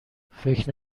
فکر